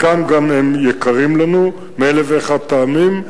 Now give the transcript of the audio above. וחלקם גם יקרים לנו מאלף ואחד טעמים.